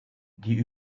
die